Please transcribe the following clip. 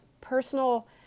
personal